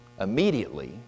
immediately